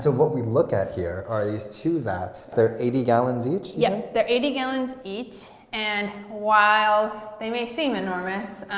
so what we're looking at here are these two vats. they're eighty gallons each? yeah they're eighty gallons each, and while they may seem enormous,